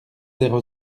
zéro